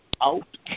out